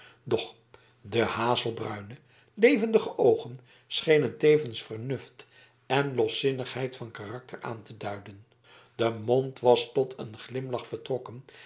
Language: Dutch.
doch de hazelbruine levendige oogen schenen tevens vernuft en loszinnigheid van karakter aan te duiden de mond was tot een glimlach vertrokken